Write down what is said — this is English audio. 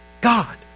God